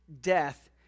death